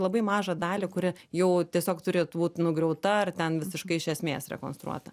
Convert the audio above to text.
labai mažą dalį kuri jau tiesiog turėtų būti nugriauta ar ten visiškai iš esmės rekonstruota